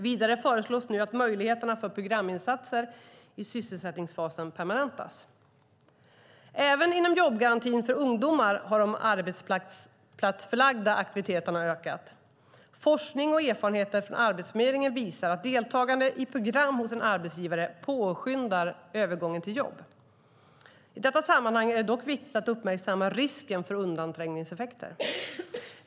Vidare föreslås att möjligheterna för programinsatser i sysselsättningsfasen permanentas. Även inom jobbgarantin för ungdomar har de arbetsplatsförlagda aktiviteterna ökat. Forskning och erfarenheter från Arbetsförmedlingen visar att deltagande i program hos en arbetsgivare påskyndar övergången till jobb. I detta sammanhang är det dock viktigt att uppmärksamma risken för undanträngningseffekter.